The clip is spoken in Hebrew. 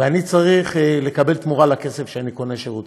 ואני צריך לקבל תמורה לכסף שבו אני קונה שירותים,